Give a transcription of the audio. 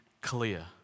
clear